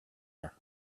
her